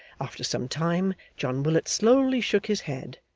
after some time john willet slowly shook his head,